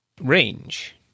range